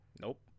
Nope